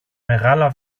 μεγάλα